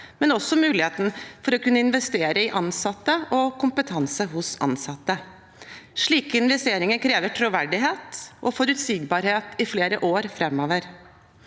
og også muligheter for å kunne investere i ansatte og kompetanse hos ansatte. Slike investeringer krever troverdighet og forutsigbarhet i flere år framover.